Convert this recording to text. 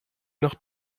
nach